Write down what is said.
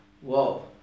Whoa